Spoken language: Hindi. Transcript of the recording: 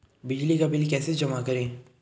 बिजली का बिल कैसे जमा करें?